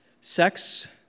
Sex